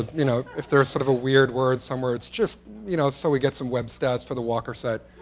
you know if there is sort of a weird word some where, it's just you know so we get some web stats for the walker site.